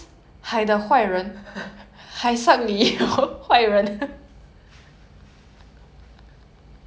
okay I give up you~ okay next is my turn you try